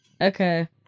Okay